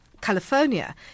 California